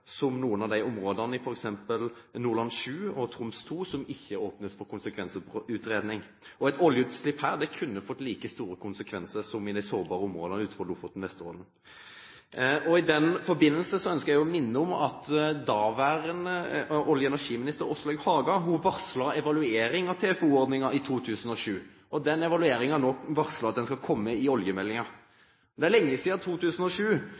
som noen av områdene i f.eks. Nordland VII og Troms II, som ikke åpnes for konsekvensutredning. Et oljeutslipp her kunne fått like store konsekvenser som et oljeutslipp i de sårbare områdene utenfor Lofoten og Vesterålen. I den forbindelse ønsker jeg å minne om at daværende olje- og energiminister Åslaug Haga varslet evaluering av TFO-ordningen i 2007. Denne evalueringen er det nå varslet skal komme i oljemeldingen. Det er lenge siden 2007,